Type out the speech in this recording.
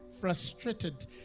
frustrated